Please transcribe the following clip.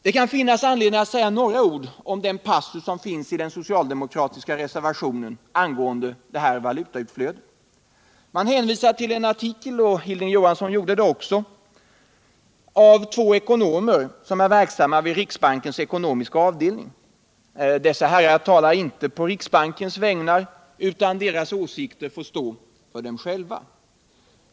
Det kan finnas anledning att säga några ord om den passus som finns i den socialdemokratiska reservationen angående dessa valutautflöden. Man hänvisar till en artikel — Hilding Johansson gjorde det också — av två ekonomer som är verksamma vid riksbankens ekonomiska avdelning. Dessa herrar talar inte på riksbankens vägnar, utan deras åsikter får stå för dem själva.